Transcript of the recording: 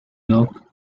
york